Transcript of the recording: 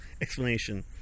explanation